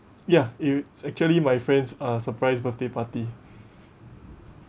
ya it's actually my friends uh surprise birthday party